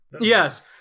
Yes